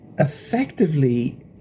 effectively